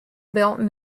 built